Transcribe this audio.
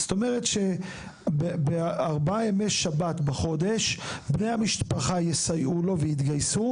זאת אומרת שבארבעה ימי השבת בחודש בני המשפחה יסייעו לו ויתגייסו.